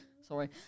Sorry